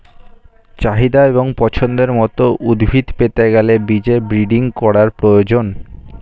চাহিদা এবং পছন্দের মত উদ্ভিদ পেতে গেলে বীজের ব্রিডিং করার প্রয়োজন